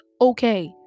okay